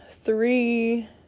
three